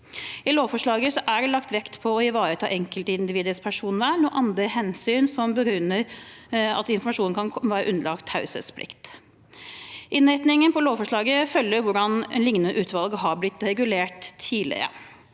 I lovforslaget er det lagt vekt på å ivareta enkeltindividets personvern og andre hensyn som begrunner at informasjonen kan være underlagt taushetsplikt. Innretningen på lovforslaget følger hvordan et liknende utvalg har blitt regulert tidligere.